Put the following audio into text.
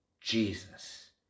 Jesus